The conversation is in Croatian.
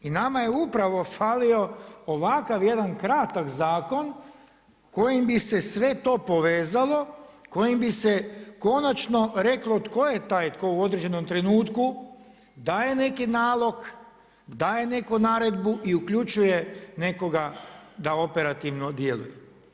I nama je upravo falio ovakav jedan kratak zakon kojim bi se sve to povezalo, kojim bi se konačno reklo tko je taj koji u određenom trenutku daje neki nalog, daje neku naredbu i uključuje nekoga da operativno djeluje.